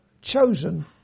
chosen